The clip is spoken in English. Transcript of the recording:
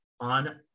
on